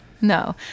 No